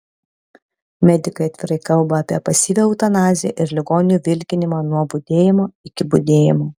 medikai atvirai kalba apie pasyvią eutanaziją ir ligonių vilkinimą nuo budėjimo iki budėjimo